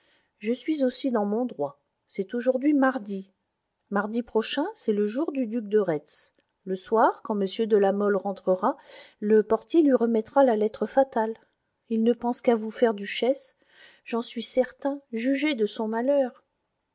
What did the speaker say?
je suis aussi dans mon droit c'est aujourd'hui mardi mardi prochain c'est le jour du duc de retz le soir quand m de la mole rentrera le portier lui remettra la lettre fatale il ne pense qu'à vous faire duchesse j'en suis certain jugez de son malheur